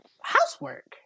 housework